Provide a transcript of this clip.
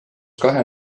kahe